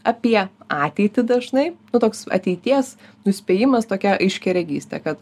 apie ateitį dažnai nu toks ateities nuspėjimas tokia aiškiaregystė kad